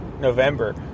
November